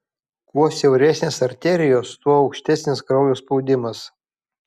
kuo siauresnės arterijos tuo aukštesnis kraujo spaudimas